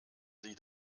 sie